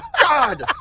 God